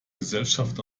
gesellschaft